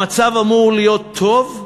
המצב אמור להיות טוב.